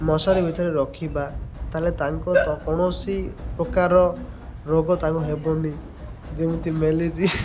ମଶାରି ଭିତରେ ରଖିବା ତା'ହେଲେ ତାଙ୍କ କୌଣସି ପ୍ରକାରର ରୋଗ ତାଙ୍କୁ ହେବନି ଯେମିତି